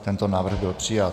Tento návrh byl přijat.